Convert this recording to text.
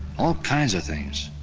all kinds of things.